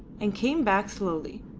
and came back slowly.